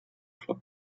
club